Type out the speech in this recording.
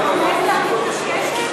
אתה מעז להגיד קשקשת?